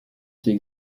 assez